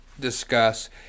discuss